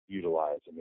utilize